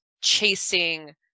chasing